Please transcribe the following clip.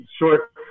short